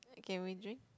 can we drink